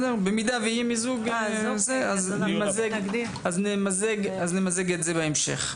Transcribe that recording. במידה ויהיה מיזוג, אז נמזג את זה בהמשך.